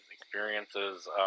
experiences